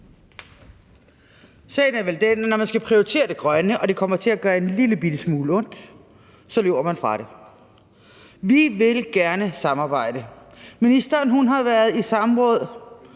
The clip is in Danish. Sagen er vel den, at når man skal prioritere det grønne og det kommer til at gøre en lillebitte smule ondt, løber man fra det. Vi vil gerne samarbejde. Ministeren har været i samråd